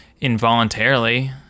involuntarily